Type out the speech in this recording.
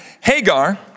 Hagar